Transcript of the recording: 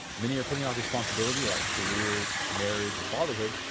many are putting off responsibility like careers, marriage and fatherhood,